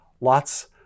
lots